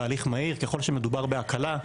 בהליך מהיר ככל שמדובר בהקלה,